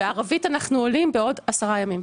בערבית אנחנו עולים בעוד 10 ימים.